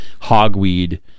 hogweed